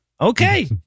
Okay